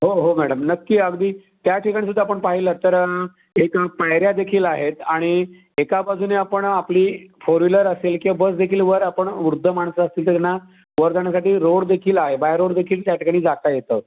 हो हो मॅडम नक्की अगदी त्या ठिकाणीसुद्धा आपण पाह्यलंत तर एक पायऱ्यादेखील आहेत आणि एका बाजूने आपण आपली फोर विलर असेल किवा बसदेखील वर आपण वृद्ध माणसं असतील तर त्यांना वर जाण्यासाठी रोडदेखील आहे बाय रोडदेखील त्या ठिकाणी जाता येतं